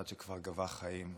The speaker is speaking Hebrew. אחד שכבר גבה חיים,